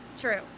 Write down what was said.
true